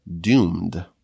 doomed